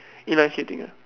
inline skating ah